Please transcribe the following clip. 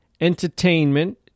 entertainment